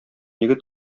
егет